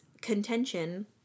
contention